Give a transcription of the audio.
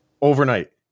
overnight